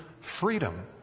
freedom